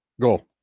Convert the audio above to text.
go